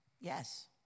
Yes